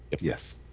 yes